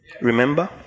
Remember